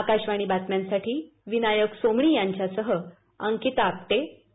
आकाशवाणी बातम्यांसाठी विनायक सोमणी यांच्यासह अंकिता आपटे पुणे